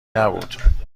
نبود